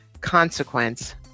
consequence